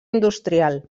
industrial